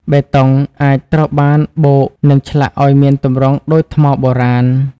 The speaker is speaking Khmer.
បេតុងអាចត្រូវបានបូក និងឆ្លាក់ឱ្យមានទម្រង់ដូចថ្មបុរាណ។